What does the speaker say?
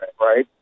right